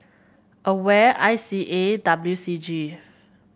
Aware I C A and W C G